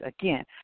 Again